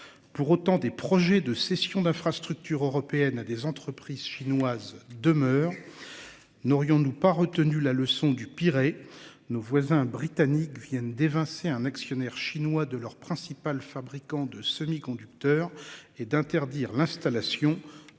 pour autant des projets de cession d'infrastructures européenne à des entreprises chinoises demeure. N'aurions-nous pas retenu la leçon du Pirée. Nos voisins britanniques viennent d'évincer un actionnaire chinois de leur principal fabricant de semi-conducteurs et d'interdire l'installation